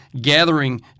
gathering